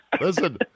listen